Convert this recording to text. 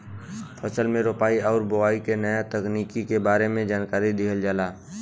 फसल के रोपाई आउर बोआई के नया तकनीकी के बारे में जानकारी दिहल जाला